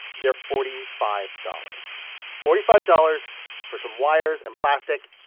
they're forty five dollars forty five dollars for some wires and plastic.